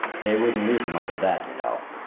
they wouldn't leave her much of that, you know.